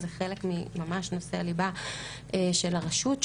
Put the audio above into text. זה חלק ממש מנושא הליבה של הרשות,